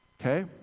okay